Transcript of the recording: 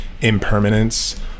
impermanence